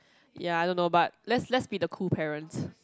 ya I don't know but let's let's be the cool parents